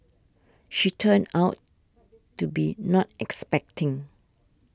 she turned out to be not expecting